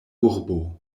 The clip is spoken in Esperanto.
urbo